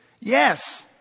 Yes